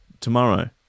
Tomorrow